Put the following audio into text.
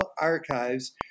archives